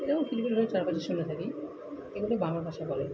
এরম কিছু কিছু চারপাশে শুনে থাকি এগুলো বাঙাল ভাষা বলে